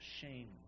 shame